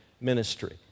ministry